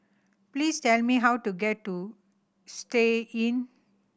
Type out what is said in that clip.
please tell me how to get to Istay Inn